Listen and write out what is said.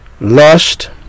lust